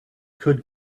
could